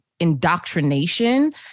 indoctrination